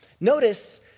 Notice